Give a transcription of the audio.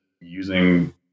using